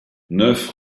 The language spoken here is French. neuf